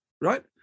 right